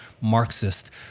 marxist